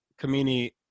Kamini